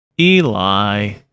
Eli